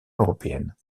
européenne